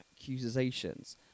accusations